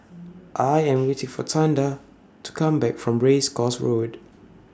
I Am waiting For Tonda to Come Back from Race Course Road